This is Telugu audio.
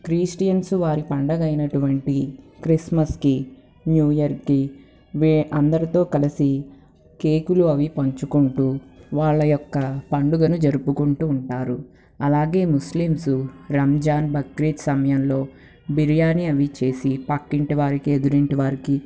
క్రిస్టియన్స్ వారి పండగ అయినటువంటి క్రిస్మస్కి న్యూ ఇయర్కి వే అందరితో కలసి కేకులు అవి పంచుకుంటూ వాళ్ళ యొక్క పండుగను జరుపుకుంటూ ఉంటారు అలాగే ముస్లిమ్సు రంజాన్ బక్రీద్ సమయంలో బిరియాని అవీ చేసి పక్కింటి వారికి ఎదురింటి వారికి